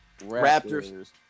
Raptors